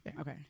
Okay